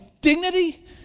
dignity